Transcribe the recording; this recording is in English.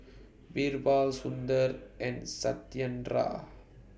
Birbal Sundar and Satyendra